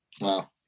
Wow